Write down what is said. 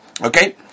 Okay